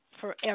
forever